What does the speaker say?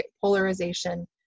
polarization